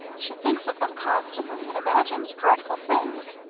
she thinks of them constantly and imagines dreadful things.